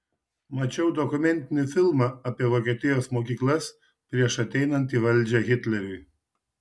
mačiau dokumentinį filmą apie vokietijos mokyklas prieš ateinant į valdžią hitleriui